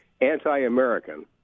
anti-American